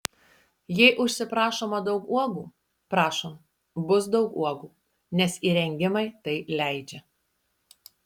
jei užsiprašoma daug uogų prašom bus daug uogų nes įrengimai tai leidžia